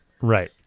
right